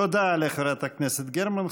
תודה לחברת הכנסת גרמן.